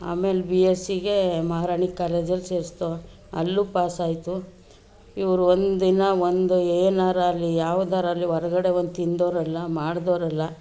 ಆಮೇಲೆ B SC ಗೆ ಮಹಾರಾಣಿ ಕಾಲೇಜಲ್ಲಿ ಸೇರಿಸ್ದೋ ಅಲ್ಲೂ ಪಾಸಾಯಿತು ಇವ್ರು ಒಂದಿನ ಒಂದು ಏನರಾಗ್ಲಿ ಯಾವ್ದರಾಗ್ಲಿ ಹೊರ್ಗಡೆ ಒಂದು ತಿಂದೋರಲ್ಲ ಮಾಡ್ದೋರಲ್ಲ